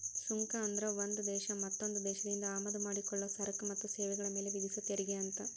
ಸುಂಕ ಅಂದ್ರ ಒಂದ್ ದೇಶ ಮತ್ತೊಂದ್ ದೇಶದಿಂದ ಆಮದ ಮಾಡಿಕೊಳ್ಳೊ ಸರಕ ಮತ್ತ ಸೇವೆಗಳ ಮ್ಯಾಲೆ ವಿಧಿಸೊ ತೆರಿಗೆ ಅಂತ